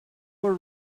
were